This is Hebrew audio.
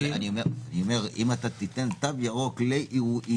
אבל אם תיתן תו ירוק לאירועים,